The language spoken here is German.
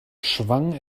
schwang